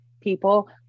People